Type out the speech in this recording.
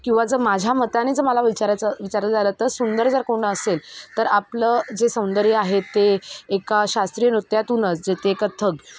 किंवा जर माझ्या मताने जर मला विचारायचं विचारायचं झालं तर सुंदर जर कोण असेल तर आपलं जे सौंदर्य आहे ते एका शास्त्रीय नृत्यातूनच जे ते कथ्थक